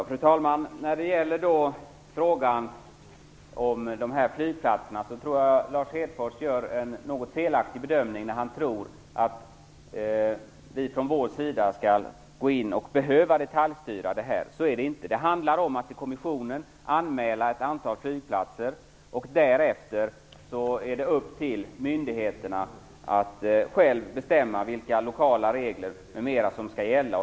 Fru talman! När det gäller flygplatserna tror jag Lars Hedfors gör en felaktig bedömning när han tror att vi från vår sida skall behöva gå in och detaljstyra. Så är det inte. Det handlar om att till kommissionen anmäla ett antal flygplatser. Därefter är det upp till myndigheterna att själva bestämma vilka lokala regler m.m. som skall gälla.